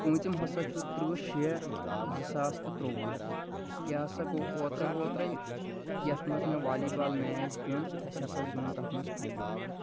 پونٛژِم ہَسا چھُ تٕرٛہ شیےٚ زٕساس تہٕ ترٛوٚوُہ یہِ ہَسا گوٚو اوترَے اوترَے یَتھ منٛز مےٚ والی بال میچ گیُٚنٛد اَسِہ ہَسا زیوٗن تَتھ منٛز فاینَل